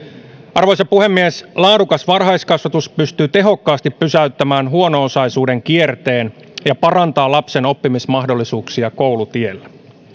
arvoisa puhemies laadukas varhaiskasvatus pystyy tehokkaasti pysäyttämään huono osaisuuden kierteen ja parantaa lapsen oppimismahdollisuuksia koulutiellä